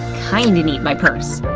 kinda need my purse,